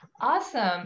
Awesome